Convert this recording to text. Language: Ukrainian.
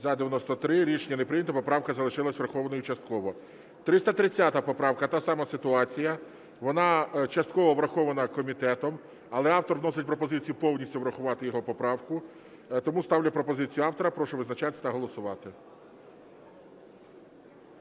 За-93 Рішення не прийнято. Поправка залишилась врахованою частково. 330 поправка, та сама ситуація, вона частково врахована комітетом, але автор вносить пропозицію повністю врахувати його поправку, тому ставлю пропозицію автора. Прошу визначатись та голосувати.